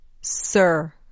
sir